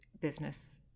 business